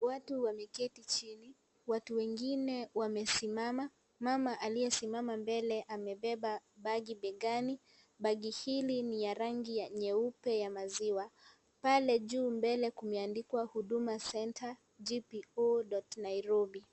WAtu wameketi chini. Watu wengine wamesimama. Mama aliyesimama mbele amebeba bagi begani. Bagi hili ni ya rangi ya nyeupe ya maziwa. Pale juu mbele kumeandikwa Huduma Centre, GPO. Nairobi.